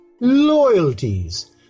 Loyalties